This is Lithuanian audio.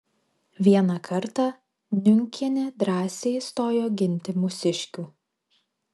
vieną kartą niunkienė drąsiai stojo ginti mūsiškių